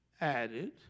Added